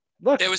look